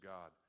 God